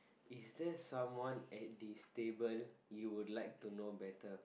is there someone at this table you would like to know better